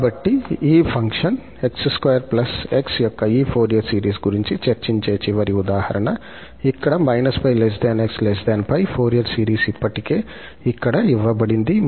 కాబట్టి ఈ ఫంక్షన్ 𝑥2 𝑥 యొక్క ఈ ఫోరియర్ సిరీస్ గురించి చర్చించే చివరి ఉదాహరణ ఇక్కడ −𝜋 𝑥 𝜋 ఫోరియర్ సిరీస్ ఇప్పటికే ఇక్కడ ఇవ్వబడింది